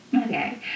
okay